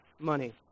money